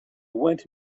went